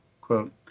quote